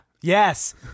Yes